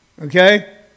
okay